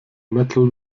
metal